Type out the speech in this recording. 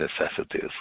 necessities